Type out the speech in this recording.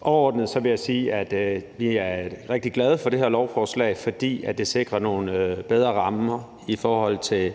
Overordnet vil jeg sige, at vi er rigtig glade for det her lovforslag, fordi det sikrer nogle bedre rammer i forhold til